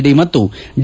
D ಮತ್ತು D